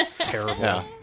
terrible